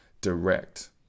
direct